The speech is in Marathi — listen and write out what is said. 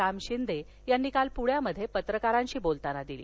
राम शिंदे यांनी काल प्ण्यात पत्रकारांशी बोलताना दिली